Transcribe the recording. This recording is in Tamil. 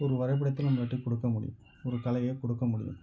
ஒரு வரைபடத்ததை நம்பளாட்ட கொடுக்க முடியும் ஒரு கலையை கொடுக்க முடியும்